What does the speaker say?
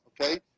okay